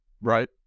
Right